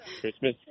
Christmas